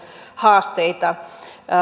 haasteita